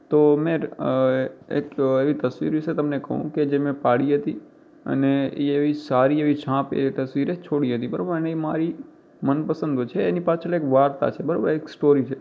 તો મેં એક એવી તસ્વીર વિશે તમને કહું કે જે મેં પાડી હતી અને એ એવી સારી એવી છાપ એ તસ્વીરે છોડી હતી બરાબર એને એ મારી મનપસંદ છે એની પાછળ એક વાર્તા છે બરાબર એક સ્ટોરી છે